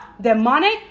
demonic